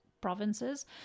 provinces